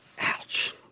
Ouch